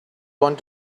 want